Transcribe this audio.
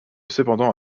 cependant